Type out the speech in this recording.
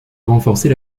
renforcer